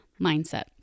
mindset